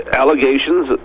allegations